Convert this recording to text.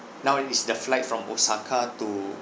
now is the flight from osaka to